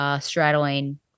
straddling